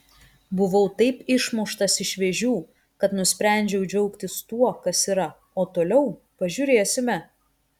buvau taip išmuštas iš vėžių kad nusprendžiau džiaugtis tuo kas yra o toliau pažiūrėsime